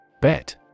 Bet